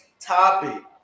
Topic